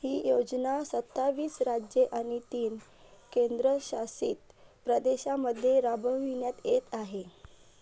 ही योजना सत्तावीस राज्ये आणि तीन केंद्रशासित प्रदेशांमध्ये राबविण्यात येत आहे